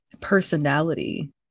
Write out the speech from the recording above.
personality